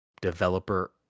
developer